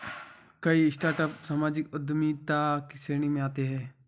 कई स्टार्टअप सामाजिक उद्यमिता की श्रेणी में आते हैं